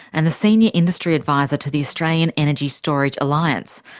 and the senior industry advisor to the australian energy storage alliance.